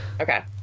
Okay